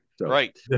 right